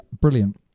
brilliant